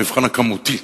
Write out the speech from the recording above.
המבחן הכמותי.